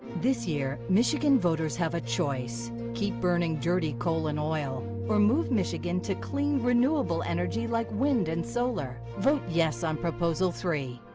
this year, michigan voters have a choice keep burning dirty coal and oil or move michigan to clean, renewable energy like wind and solar. vote yes on proposal three.